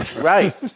Right